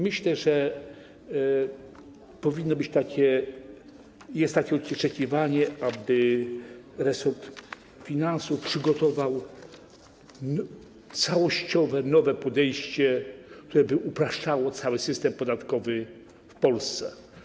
Myślę, że jest takie oczekiwanie, aby resort finansów przygotował całościowe, nowe podejście, które by upraszczało cały system podatkowy w Polsce.